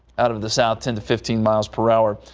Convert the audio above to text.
out of the south ten to fifteen miles per hour.